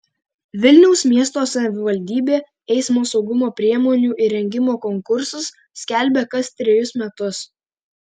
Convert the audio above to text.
vilniaus miesto savivaldybė eismo saugumo priemonių įrengimo konkursus skelbia kas trejus metus